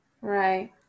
Right